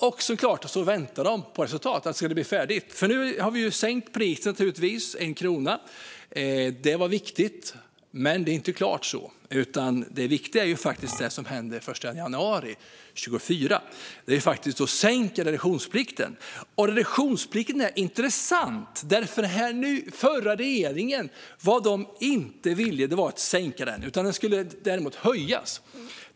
De väntar såklart på resultat och på att det ska bli färdigt. Nu har vi sänkt priset med 1 krona. Det var viktigt, men det är inte klart. Det viktiga är faktiskt det som händer den 1 januari 2024, när vi sänker reduktionsplikten. Reduktionsplikten är intressant. Förra regeringen ville inte sänka den. Den skulle däremot höjas.